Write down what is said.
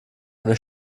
eine